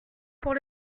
pour